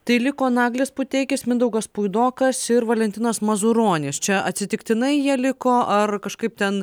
tai liko naglis puteikis mindaugas puidokas ir valentinas mazuronis čia atsitiktinai jie liko ar kažkaip ten